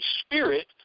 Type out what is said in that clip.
Spirit